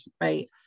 right